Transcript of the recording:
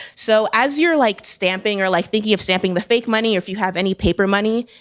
so as you're like stamping or like thinking of stamping the fake money, if you have any paper money,